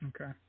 Okay